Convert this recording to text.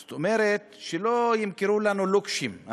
זאת אומרת, שלא ימכרו לנו לוקשים.